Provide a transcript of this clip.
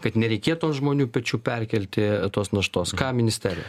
kad nereikėtų ant žmonių pečių perkelti tos naštos ką ministerija